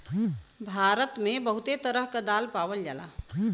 भारत मे बहुते तरह क दाल पावल जाला